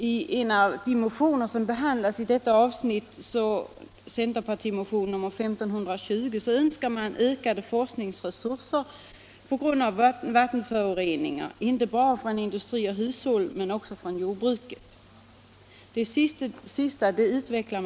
tenföroreningar inte bara från industri och hushåll utan också från jordbruket. Man utvecklar inte något närmare resonemang om de sistnämnda föroreningarna.